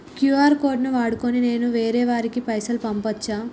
QR code ను వాడుకొని నేను వేరే వారికి పైసలు పంపచ్చా?